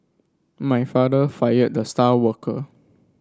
my father fired the star worker